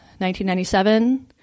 1997